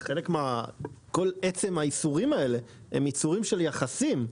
כל עצם האיסורים האלה הם איסורים של יחסים.